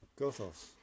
Gothos